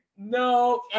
No